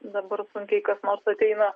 dabar sunkiai kas nors ateina